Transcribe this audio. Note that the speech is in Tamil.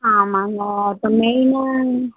ஆமாம்ங்க இப்போ மெயினாக